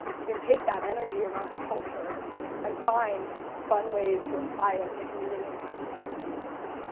you can take that energy around the culture and find fun ways to apply it that can be really impactful for end users.